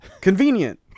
convenient